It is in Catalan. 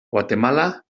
guatemala